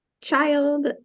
child